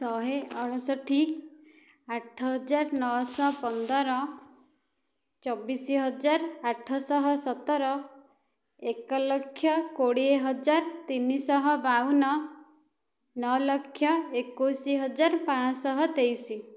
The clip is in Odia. ଶହେ ଅଣସଠି ଆଠ ହଜାର ନଅଶହ ପନ୍ଦର ଚବିଶ ହଜାର ଆଠଶହ ସତର ଏକ ଲକ୍ଷ କୋଡ଼ିଏ ହଜାର ତିନିଶହ ବାଉନ ନଅ ଲକ୍ଷ ଏକୋଇଶ ହଜାର ପାଞ୍ଚଶହ ତେଇଶ